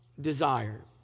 desire